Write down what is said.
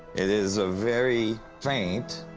it is a very faint,